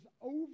over